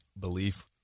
belief